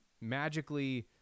magically